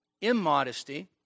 immodesty